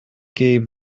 gave